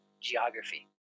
geography